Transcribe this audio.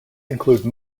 include